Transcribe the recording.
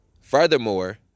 Furthermore